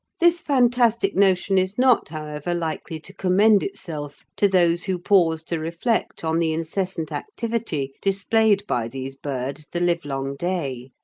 this fantastic notion is not, however, likely to commend itself to those who pause to reflect on the incessant activity displayed by these birds the livelong day.